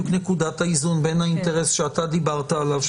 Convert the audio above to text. נקודת האיזון בין האינטרס שאתה דיברת עליו,